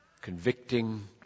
convicting